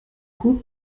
gut